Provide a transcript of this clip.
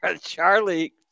Charlie